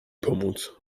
pomóc